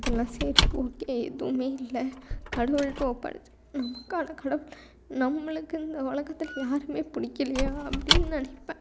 அதெல்லாம் சரி ஓகே எதுவுமே இல்லை கடவுள்ட்ட ஒப்படைச்சுட்டு நமக்கு அந்த கடவுள் நம்மளுக்கு இந்த உலகத்துல யாருமே பிடிக்கலையா அப்படின்னு நினைப்பேன்